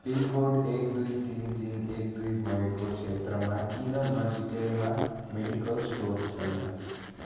pin code एक दुुई तिन तिन एक दुई भएको क्षेत्रमा किन नजिकैमा मेडिकल स्टोर छैन